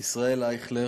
ישראל אייכלר,